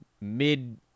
mid